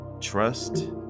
trust